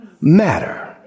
matter